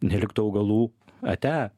neliktų augalų ate